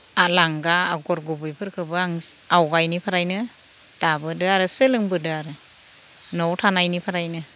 आ लांगा आगर गुबैफोरखोबो आं आवगायनिफ्रायनो दाबोदो आरो सोलोंबोदो आरो न'आव थानायनिफ्रायनो